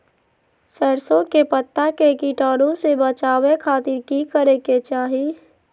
सरसों के पत्ता के कीटाणु से बचावे खातिर की करे के चाही?